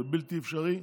זה בלתי אפשרי,